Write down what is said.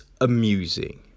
amusing